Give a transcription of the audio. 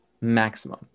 maximum